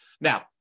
Now